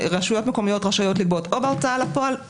רשויות מקומיות רשאיות לגבות או בהוצאה לפועל